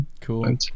Cool